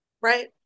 Right